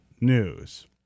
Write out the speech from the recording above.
News